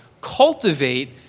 cultivate